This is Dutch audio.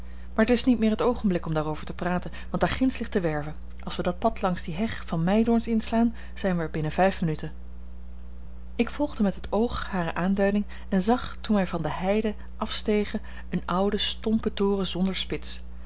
maar t is niet meer het oogenblik om daarover te praten want daar ginds ligt de werve als we dat pad langs die heg van meidoorns inslaan zijn wij er binnen vijf minuten ik volgde met het oog hare aanduiding en zag toen wij van de heide afstegen een ouden stompen toren zonder spits